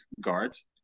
guards